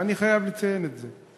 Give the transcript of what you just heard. ואני חייב לציין את זה.